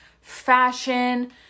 fashion